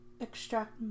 extract